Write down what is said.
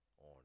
on